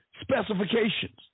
specifications